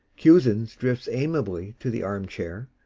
cusins drifts amiably to the armchair,